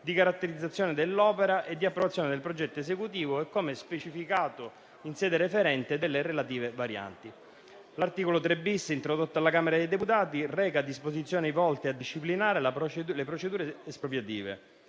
di cantierizzazione dell'opera e di approvazione del progetto esecutivo e, come specificato in sede referente, delle relative varianti. L'articolo 3-*bis*, introdotto dalla Camera dei deputati, reca disposizioni volte a disciplinare le procedure espropriative,